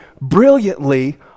brilliantly